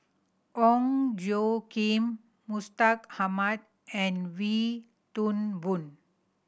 Ong Tjoe Kim Mustaq Ahmad and Wee Toon Boon